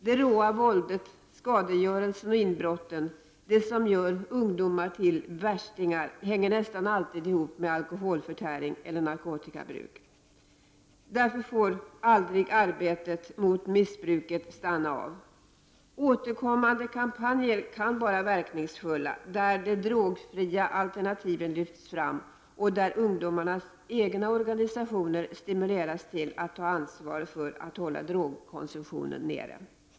Det råa våldet, skadegörelsen och inbrotten, allt det som gör ungdomar till s.k. värstingar, hänger nästan alltid ihop med alkoholförtäring eller narkotikamissbruk. Därför får arbetet mot missbruket aldrig stanna av. Återkommande kampanjer kan vara verkningsfulla. I dem kan de drogfria alternativen framhävas, och ungdomarnas egna organisationer kan stimuleras att ta ansvar för att bidra till att hålla drogkonsumtionen nere.